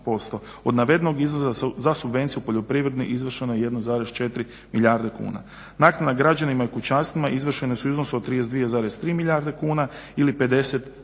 Od navedenog iznosa za subvenciju poljoprivrede izvršeno je 1,4 milijarde kuna. Naknade građanima i pučanstvima izvršene su u iznosu od 32,3 milijarde kuna ili 50,6% plana